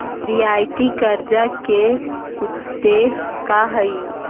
रियायती कर्जा के उदेश्य का हई?